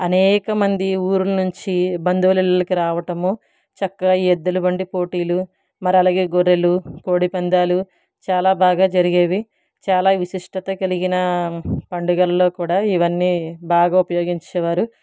అనేకమంది ఊరి నుంచి బంధువుల ఇళ్ళకు రావడమూ చక్కగా ఎద్దుల బండి పోటీలు మరి అలాగే గొర్రెలు కోడిపందాలు చాలా బాగా జరిగేవి చాలా విశిష్టత కలిగిన పండుగల్లో కూడా ఇవన్నీ బాగా ఉపయోగించేవారు